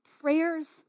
prayers